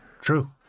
True